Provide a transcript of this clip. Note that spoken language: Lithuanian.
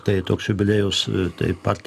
tai toks jubiliejus taip pat